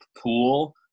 pool